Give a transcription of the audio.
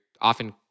often